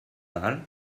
wahl